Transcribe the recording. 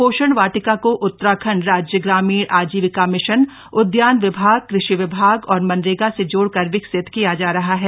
पोषण वाटिका को उत्तराखंड राज्य ग्रामीण आजीविका मिशन उद्यान विभाग कृषि विभाग और मनरेगा से जोइकर विकसित किया जा रहा है